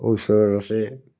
ওচৰত আছে